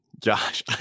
Josh